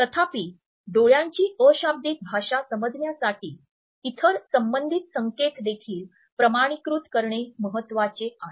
तथापि डोळ्यांची अशाब्दिक भाषा समजण्यासाठी इतर संबंधित संकेत देखील प्रमाणीकृत करणे महत्वाचे आहे